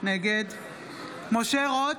נגד משה רוט,